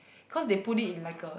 cause they put it in like a